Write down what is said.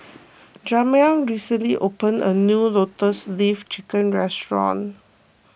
Jamar recently opened a new Lotus Leaf Chicken Restaurant